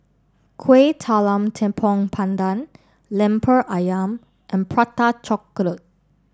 Kueh Talam Tepong Pandan Lemper Ayam and Prata Chocolate